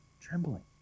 trembling